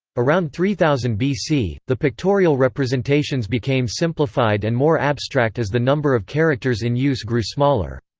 around three thousand bc, the pictorial representations became simplified and more abstract as the number of characters in use grew smaller.